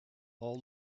all